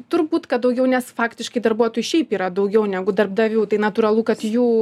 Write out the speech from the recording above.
turbūt kad daugiau nes faktiškai darbuotojų šiaip yra daugiau negu darbdavių tai natūralu kad jų